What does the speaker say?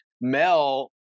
Mel